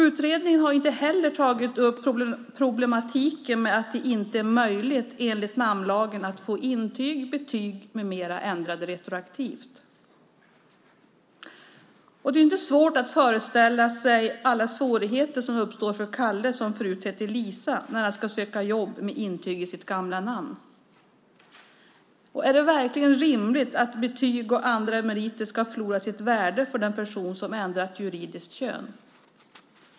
Utredningen har inte heller tagit upp problematiken med att det inte är möjligt enligt namnlagen att få intyg, betyg med mera ändrade retroaktivt. Det är inte svårt att föreställa sig alla svårigheter som uppstår för Kalle, som förut hette Lisa, när han ska söka jobb med intyg i sitt gamla namn. Är det verkligen rimligt att betyg och andra meriter ska förlora sitt värde för den person som ändrat juridiskt kön?